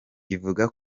ivuga